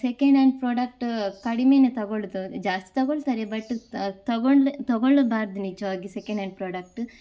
second hand product ಕಡಿಮೆಯೇ ತಗೊಳ್ಳೋದು ಜಾಸ್ತಿ ತಗೊಳ್ತಾರೆ ಬಟ್ ತಗೊಂಡು ತಗೊಳ್ಳಬಾರ್ದು ನಿಜವಾಗಿ ಸೆಕೆಂಡ್ ಆ್ಯಂಡ್ ಪ್ರಾಡಕ್ಟ